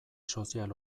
sozial